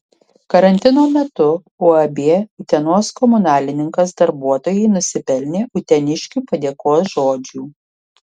karantino metu uab utenos komunalininkas darbuotojai nusipelnė uteniškių padėkos žodžių